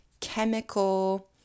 chemical